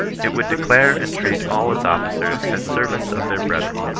it would declare and treat all its officers as servants of their brethren,